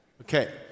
okay